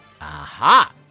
Aha